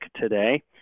today